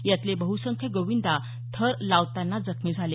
यातले बहुसंख्य गोविंदा थर लावतांना जखमी झाले